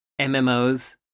MMOs